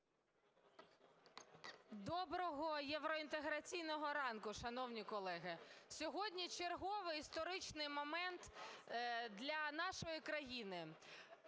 Доброго євроінтеграційного ранку, шановні колеги! Сьогодні черговий історичний момент для нашої країни